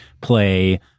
play